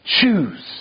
Choose